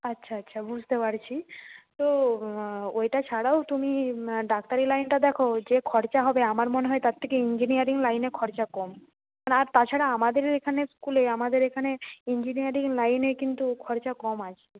আচ্ছা আচ্ছা বুঝতে পারছি তো ওইটা ছাড়াও তুমি ডাক্তারি লাইনটা দেখো যে খরচা হবে আমার মনে হয় তার থেকে ইঞ্জিনিয়ারিং লাইনে খরচা কম আর তাছাড়া আমাদেরও এখানের স্কুলে আমাদের এখানে ইঞ্জিনিয়ারিং লাইনে কিন্তু খরচা কম আছে